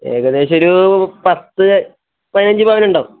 ഏകദേശം ഒരു പത്ത് പതിനഞ്ച് പവൻ ഉണ്ടാവും